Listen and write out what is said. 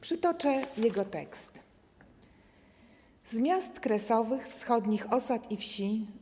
Przytoczę jego tekst: „Z miast kresowych, wschodnich osad i wsi,